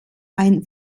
ein